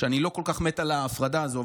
אני לא כל כך מת על ההפרדה הזאת,